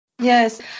Yes